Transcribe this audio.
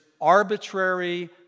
arbitrary